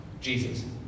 Jesus